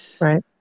right